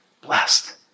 Blessed